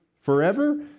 forever